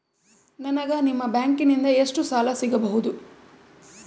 ನನಗ ನಿಮ್ಮ ಬ್ಯಾಂಕಿನಿಂದ ಎಷ್ಟು ಸಾಲ ಸಿಗಬಹುದು?